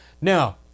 Now